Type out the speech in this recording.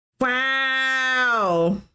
wow